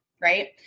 right